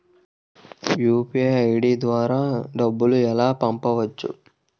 UPI ID ద్వారా డబ్బులు ఎలా పంపవచ్చు?